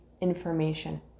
information